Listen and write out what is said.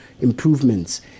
improvements